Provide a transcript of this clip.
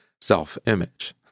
self-image